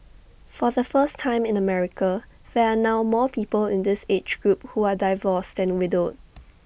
for the first time in America there are now more people in this age group who are divorced than widowed